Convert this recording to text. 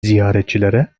ziyaretçilere